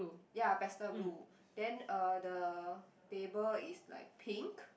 ya pastel blue then uh the table is like pink